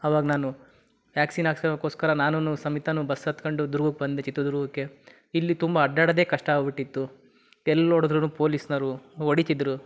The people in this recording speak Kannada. ಅವಾಗ ನಾನು ವ್ಯಾಕ್ಸಿನ್ ಹಾಕ್ಸ್ಗಳಕೋಸ್ಕರ ನಾನು ಸಮೇತನೂ ಬಸ್ ಹತ್ಕೊಂಡು ದುರ್ಗಕ್ಕೆ ಬಂದೆ ಚಿತ್ರದುರ್ಗಕ್ಕೆ ಇಲ್ಲಿ ತುಂಬ ಅಡ್ಡಾಡೋದೇ ಕಷ್ಟ ಆಗ್ಬಿಟ್ಟಿತ್ತು ಎಲ್ಲಿ ನೋಡುದ್ರು ಪೊಲೀಸ್ನವರು ಹೊಡೀತಿದ್ದರು